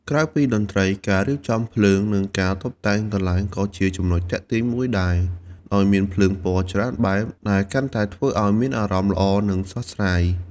ក្រៅពីតន្ត្រី ការរៀបចំភ្លើង និងការតុបតែងកន្លែងក៏ជាចំណុចទាក់ទាញមួយដែរ ដោយមានភ្លើងពណ៌ច្រើនបែប ដែលកាន់តែធ្វើអោយមានអារម្មណ៏ល្អ និងស្រស់ស្រាយ។